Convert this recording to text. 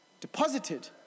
Deposited